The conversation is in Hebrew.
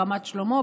רמת שלמה,